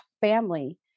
family